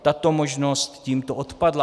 Tato možnost tímto odpadla.